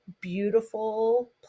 beautiful